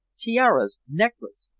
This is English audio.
tiaras, necklets,